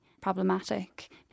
problematic